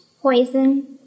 Poison